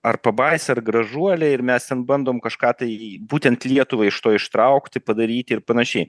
ar pabaisa ar gražuolė ir mes ten bandom kažką tai būtent lietuvai iš to ištraukti padaryti ir panašiai